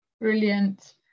Brilliant